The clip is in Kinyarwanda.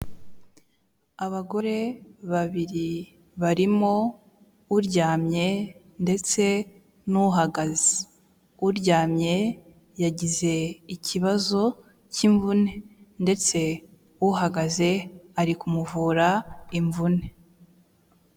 Abagore babiri barimo uryamye ndetse n'uhagaze. Uryamye yagize ikibazo cy'imvune ndetse uhagaze ari kumuvura imvune.